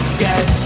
get